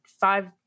five